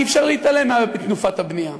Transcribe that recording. אי-אפשר להתעלם מתנופת הבנייה.